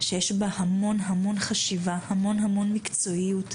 שיש בה המון חשיבה והמון מקצועיות,